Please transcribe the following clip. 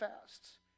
fasts